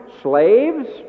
Slaves